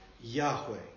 Yahweh